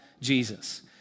Jesus